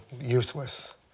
useless